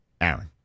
Aaron